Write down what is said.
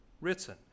written